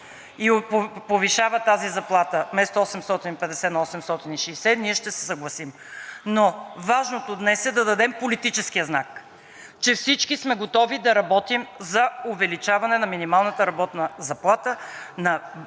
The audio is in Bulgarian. и повишава тази заплата – вместо 850 на 860, ние ще се съгласим. Важното е днес да дадем политическия знак, че всички сме готови да работим за увеличаване на минималната работна заплата на близо